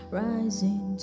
rising